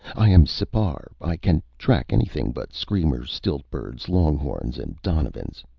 i am sipar. i can track anything but screamers, stilt-birds, longhorns and donovans.